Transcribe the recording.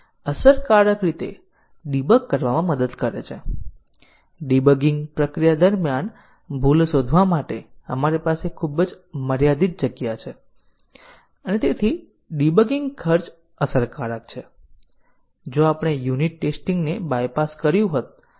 statement S variable x એક સ્ટેટમેન્ટમાં વ્યાખ્યાયિત S બીજા વિધાન S1 પર જીવંત છે જો તે વેરિયેબલની કોઈ મધ્યવર્તી વ્યાખ્યા ન હોય